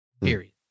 Period